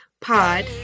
Pod